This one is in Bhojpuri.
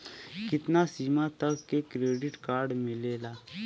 कितना सीमा तक के क्रेडिट कार्ड मिलेला?